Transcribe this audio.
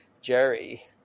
Jerry